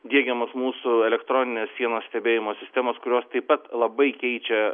diegiamos mūsų elektroninės sienos stebėjimo sistemos kurios taip pat labai keičia